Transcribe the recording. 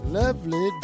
lovely